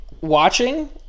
watching